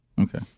Okay